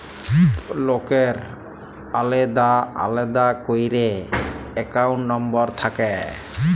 ছব লকের আলেদা আলেদা ক্যইরে একাউল্ট লম্বর থ্যাকে